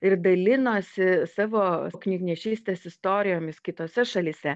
ir dalinosi savo knygnešystės istorijomis kitose šalyse